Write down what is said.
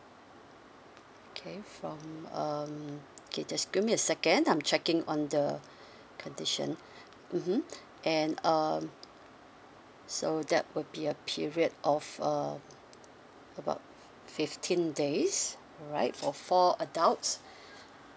okay from um okay just give me a second I'm checking on the condition mmhmm and uh so that will be a period of uh about fifteen days alright for four adults